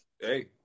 Hey